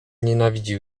nienawidził